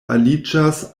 aliĝas